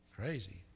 crazy